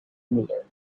ruler